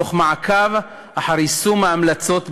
תוך מעקב אחר יישום ההמלצות במלואן?